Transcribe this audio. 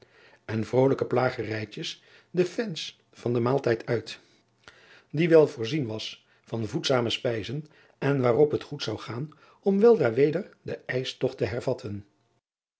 en vrolijke plagerijtjes de fans van den maaltijd uit die wel voorzien was van voedzame spijzen en waarop het goed zou gaan om weldra weder den ijstogt te hervatten